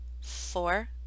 Four